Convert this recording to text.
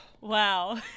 wow